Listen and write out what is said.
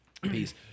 Peace